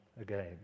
again